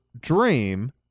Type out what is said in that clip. dream